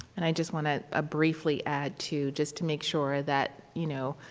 and i just want to ah briefly add too, just to make sure that, you know,